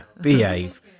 behave